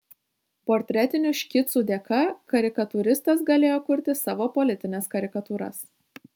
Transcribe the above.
portretinių škicų dėka karikatūristas galėjo kurti savo politines karikatūras